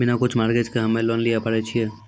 बिना कुछो मॉर्गेज के हम्मय लोन लिये पारे छियै?